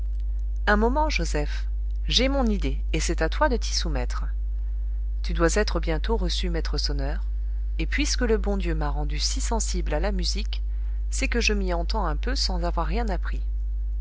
un moment joseph j'ai mon idée et c'est à toi de t'y soumettre tu dois être bientôt reçu maître sonneur et puisque le bon dieu m'a rendue si sensible à la musique c'est que je m'y entends un peu sans avoir rien appris